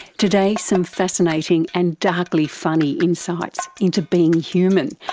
today, some fascinating and darkly funny insights into being human,